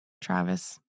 Travis